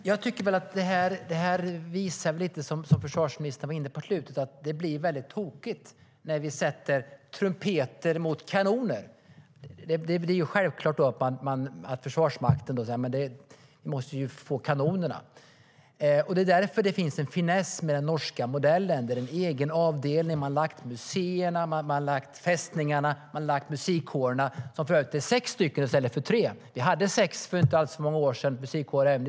Herr talman! Jag tycker att det som försvarsministern var inne på på slutet visar att det blir tokigt när vi sätter trumpeter mot kanoner. Då säger Försvarsmakten såklart att de måste få kanonerna. Därför finns det en finess med den norska modellen. De har gjort en egen avdelning där de har lagt museerna, fästningarna och musikkårerna - som för övrigt är sex stycken i stället för tre. Vi hade sex musikkårer även i Sverige för inte alltför många år sedan.